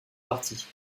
parties